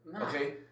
Okay